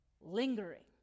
lingering